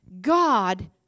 God